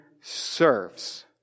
serves